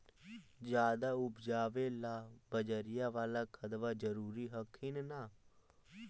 ज्यादा उपजाबे ला बजरिया बाला खदबा जरूरी हखिन न?